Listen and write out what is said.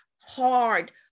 hard